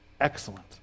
excellent